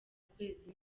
ukwezi